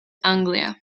anglia